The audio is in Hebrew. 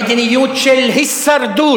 מדיניות של הישרדות.